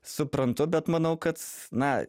suprantu bet manau kad na